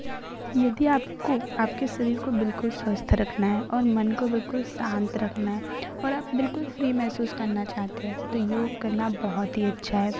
यदि आपको आपके शरीर को बिलकुल स्वस्थ रखना है और मन को बिलकुल शांत रखना है और आप बिलकुल फ्री महसूस करना चाहते हैं तो योग करना बहुत ही अच्छा है